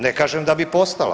Ne kažem da bi postala.